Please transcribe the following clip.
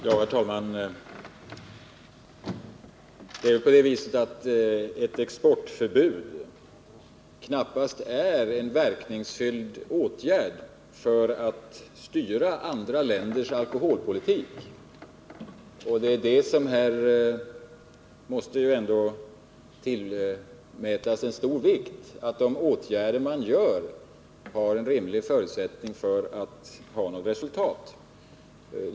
Herr talman! Ett exportförbud är knappast en verkningsfull åtgärd när det gäller att styra andra länders alkoholpolitik. Här måste det ändå tillmätas stor vikt att de åtgärder som man vidtar rimligen kan tänkas leda till resultat.